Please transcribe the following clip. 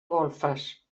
golfes